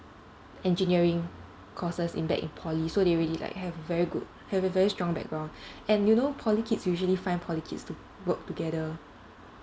engineering courses in back in poly so they already like have very good have a very strong background and you know poly kids usually find poly kids to work together